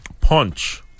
punch